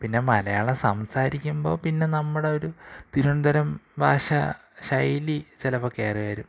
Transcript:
പിന്നെ മലയാളം സംസാരിക്കുമ്പോൾ പിന്നെ നമ്മുടെ ഒരു തിരുവനന്തപുരം ഭാഷ ശൈലി ചിലപ്പം കയറിവരും